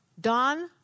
Don